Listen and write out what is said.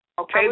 Okay